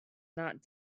not